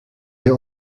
der